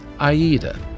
Aida